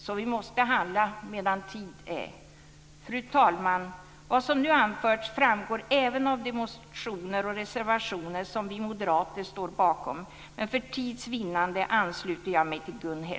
Så vi måste handla medan tid är. Fru talman! Vad som nu anförts framgår även av de motioner och reservationer som vi moderater står bakom, men för tids vinnande ansluter jag mig till